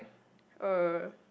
oh